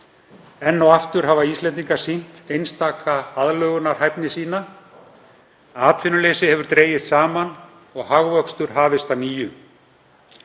Enn og aftur hafa Íslendingar sýnt einstaka aðlögunarhæfni sína. Atvinnuleysi hefur dregist saman og hagvöxtur hafist að nýju.